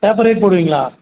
paper rate போடுவீங்களா